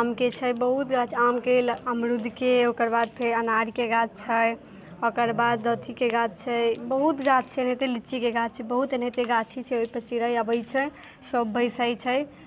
आमके छै बहुत गाछ आमके अमरूदके ओकर बाद फेर अनारके गाछ छै ओकर बाद अथिके गाछ छै बहुत गाछ छै एनाहिते लीचीके गाछ छै बहुत एनाहिते गाछी छै ओहि पर चिड़ै अबैत छै सभ बैसैत छै